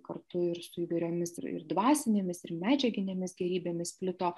kartu ir su įvairiomis ir dvasinėmis ir medžiaginėmis gėrybėmis plito